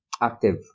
active